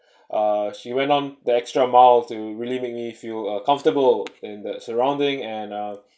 uh she went on the extra mile to really make me feel uh comfortable in the surrounding and uh